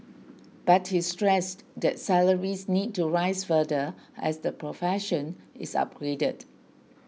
but he stressed that salaries need to rise further as the profession is upgraded